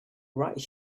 right